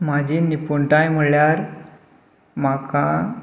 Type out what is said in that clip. म्हजी निपूण टायम म्हणल्यार म्हाका